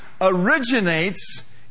originates